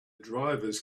drivers